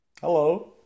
Hello